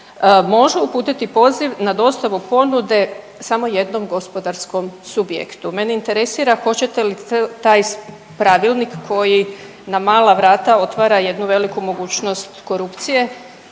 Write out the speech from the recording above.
može uputiti poziv na dostavu ponude samo jednom gospodarskom subjektu. Mene interesira hoćete li taj pravilnik koji na mala vrata otvara jednu veliku mogućnost korupcije,